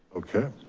okay.